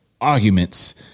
arguments